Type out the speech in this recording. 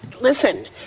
Listen